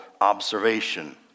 observation